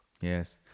yes